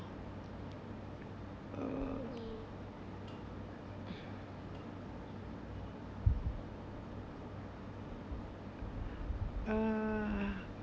uh uh